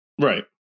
Right